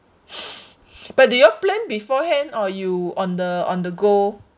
but do you all plan beforehand or you on the on the go